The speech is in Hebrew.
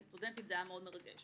לסטודנטית זה היה מאוד מרגש.